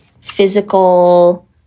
physical